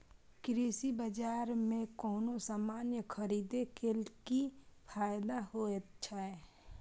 कृषि बाजार में कोनो सामान खरीदे के कि फायदा होयत छै?